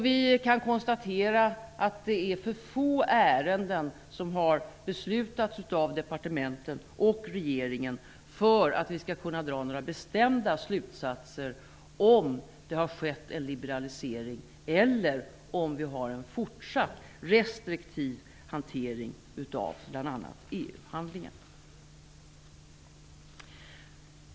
Vi kan konstatera att det är för få ärenden som har beslutats av departementen och regeringen för att vi skall kunna dra några bestämda slutsatser om ifall det har skett en liberalisering eller om det är en fortsatt restriktiv hantering av bl.a. EU-handlingar.